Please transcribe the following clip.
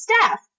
staff